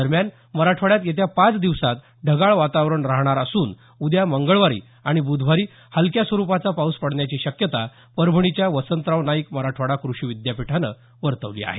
दरम्यान मराठवाड्यात येत्या पाच दिवसात ढगाळ वातावरण राहणार असून उद्या मंगळवारी आणि ब्धवारी हलक्या स्वरुपाचा पाऊस पडण्याची शक्यता परभणीच्या वसंतराव नाईक मराठवाडा कृषी विद्यापीठानं वर्तवली आहे